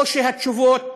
או שהתשובות